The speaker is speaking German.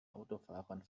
autofahrern